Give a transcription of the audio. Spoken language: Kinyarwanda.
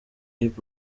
hip